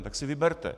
Tak si vyberte.